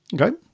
Okay